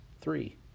Three